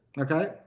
Okay